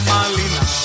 Malina